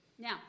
Now